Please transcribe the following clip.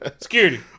Security